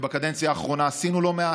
ובקדנציה האחרונה עשינו לא מעט.